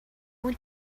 want